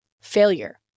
failure